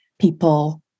People